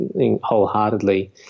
wholeheartedly